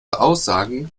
aussagen